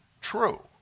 true